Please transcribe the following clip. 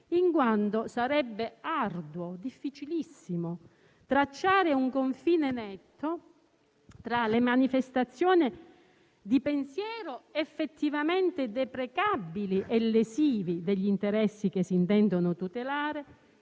in quanto sarebbe difficilissimo tracciare un confine netto tra le manifestazioni di pensiero effettivamente deprecabili e lesivi degli interessi che si intendono tutelare